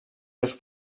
seus